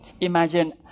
Imagine